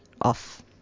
off